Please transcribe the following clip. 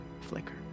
flicker